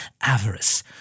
Avarice